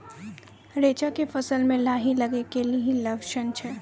रैचा के फसल मे लाही लगे के की लक्छण छै?